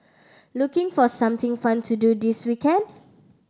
looking for something fun to do this weekend